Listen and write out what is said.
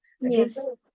Yes